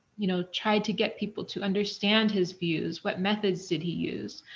you know, try to get people to understand his views? what methods did he use?